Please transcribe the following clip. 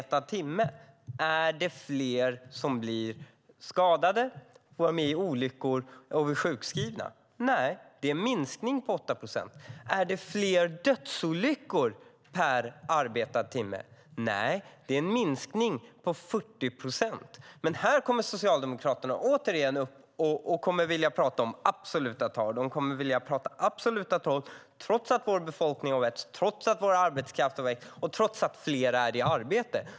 Är det fler som blir skadade, är med om olyckor eller blir sjukskrivna per arbetad timme? Nej, det är en minskning på 8 procent. Är det fler dödsolyckor per arbetad timme? Nej, det är en minskning på 40 procent. Men här kommer Socialdemokraterna att återigen vilja prata om absoluta tal. De kommer att vilja prata om absoluta tal trots att vår befolkning har växt, trots att vår arbetskraft har växt och trots att fler är i arbete.